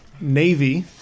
navy